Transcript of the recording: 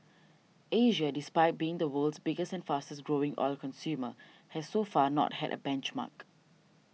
Asia despite being the world's biggest and fastest growing oil consumer has so far not had a benchmark